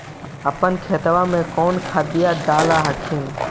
अपने खेतबा मे कौन खदिया डाल हखिन?